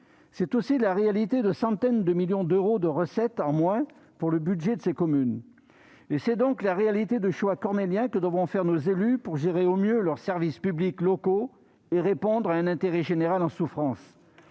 sont aussi des centaines de millions d'euros de recettes en moins pour le budget de ces communes. La réalité, ce sont les choix cornéliens que devront faire nos élus pour gérer au mieux leurs services publics locaux et répondre à un intérêt général en souffrance.